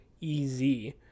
easy